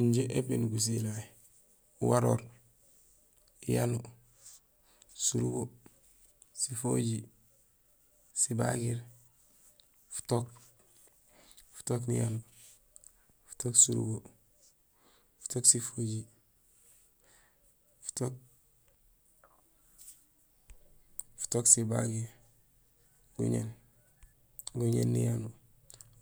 Injé épiin gusilay: waroor, yanuur, surubo, sifojiir, sibagiir, futook, futook niyanuur, futook surubo, futook sifojiir, futook sibagiir, guñéén, guñéén niyanuur,